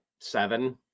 seven